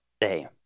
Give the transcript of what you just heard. day